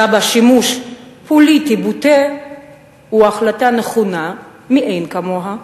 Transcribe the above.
בה שימוש פוליטי בוטה היא החלטה נכונה מאין כמוה,